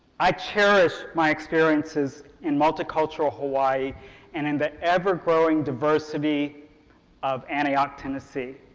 i cherish my experiences in multicultural hawaii and in the ever-growing diversity of antioch, tennessee.